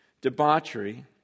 debauchery